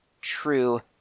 true